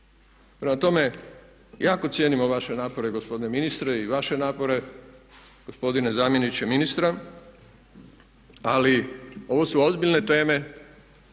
Prema tome, jako cijenimo vaše napore gospodine ministre i vaše napore gospodine zamjeniče ministra. Ali ovo su ozbiljne teme